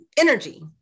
energy